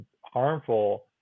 harmful